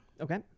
Okay